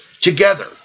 together